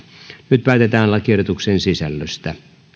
nyt päätetään lakiehdotuksen sisällöstä